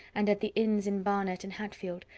and at the inns in barnet and hatfield,